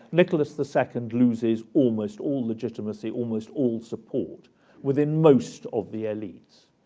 nicholas the second loses almost all legitimacy, almost all support within most of the elites,